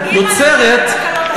יוצרת,